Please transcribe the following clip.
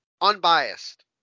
Unbiased